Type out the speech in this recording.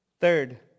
Third